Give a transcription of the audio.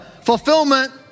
fulfillment